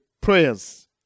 prayers